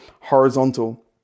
horizontal